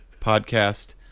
podcast